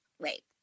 wait